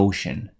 Ocean